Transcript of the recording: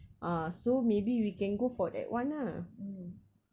ah so maybe we can go for that one ah